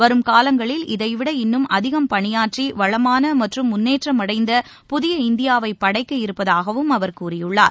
வரும் காலங்களில் இதைவிட இன்னும் அதிகம் பணியாற்றி வளமான மற்றும் முன்னேற்றமடைந்த புதிய இந்தியாவை படைக்க இருப்பதாகவும் அவர் கூறியுள்ளார்